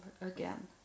again